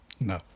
No